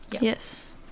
Yes